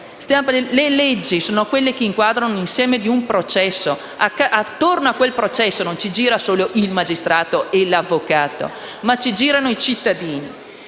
Le leggi sono quelle che inquadrano l'insieme di un processo. Intorno a quel processo, non ruotano solo il magistrato e l'avvocato, ma anche i cittadini.